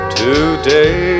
today